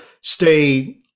stay